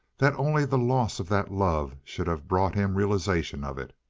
that only the loss of that love should have brought him realization of it.